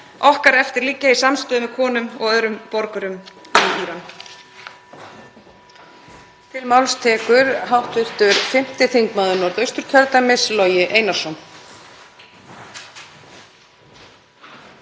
okkar eftir liggja í samstöðu með konum og öðrum borgurum í Íran.